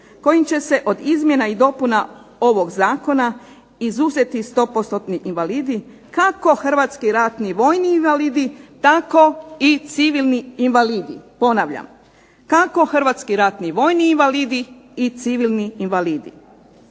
kojim će se od izmjena i dopuna ovog zakona izuzeti sto postotni invalidi kako hrvatski ratni vojni invalidi tako i civilni invalidi. Ponavljam, kako hrvatski ratni vojni invalidi i civilni invalidi.